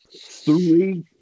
three